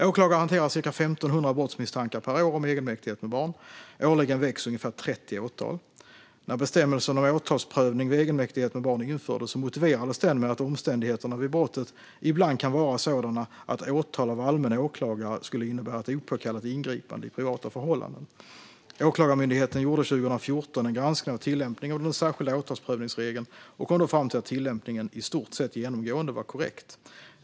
Åklagare hanterar ca 1 500 brottsmisstankar per år om egenmäktighet med barn, och årligen väcks ungefär 30 åtal. När bestämmelsen om åtalsprövning vid egenmäktighet med barn infördes motiverades den med att omständigheterna vid brottet ibland kan vara sådana att åtal av allmän åklagare skulle innebära ett opåkallat ingripande i privata förhållanden. Åklagarmyndigheten gjorde 2014 en granskning av tillämpningen av den särskilda åtalsprövningsregeln och kom då fram till att tillämpningen i stort sett genomgående var korrekt.